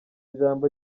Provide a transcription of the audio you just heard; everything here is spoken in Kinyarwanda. ijambo